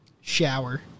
shower